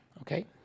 okay